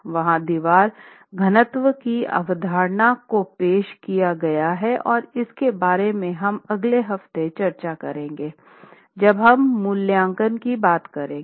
वहां दीवार घनत्व की अवधारणा को पेश किया गया है और इसके बारे में हम अगले सप्ताह चर्चा करेंगे जब हम मूल्यांकन की बात करेंगे